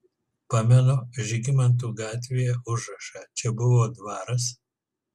pamenu žygimantų gatvėje užrašą čia buvo dvaras